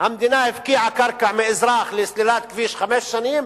המדינה הפקיעה קרקע מאזרח לסלילת כביש, חמש שנים